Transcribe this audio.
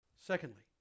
Secondly